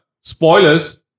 spoilers